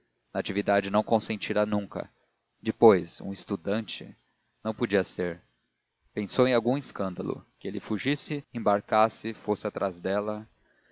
natividade não consentiria nunca depois um estudante não podia ser pensou em algum escândalo que ele fugisse embarcasse fosse atrás dela